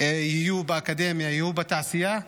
יהיו באקדמיה, יהיו בתעשייה.